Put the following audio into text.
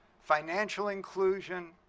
financial inclusion,